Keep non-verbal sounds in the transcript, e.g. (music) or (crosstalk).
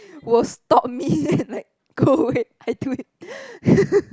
will stop me then like go away I do it (laughs)